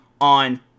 on